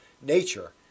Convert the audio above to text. nature